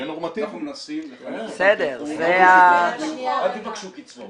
אנחנו מנסים לחנך אותם --- אל תבקשו קצבאות.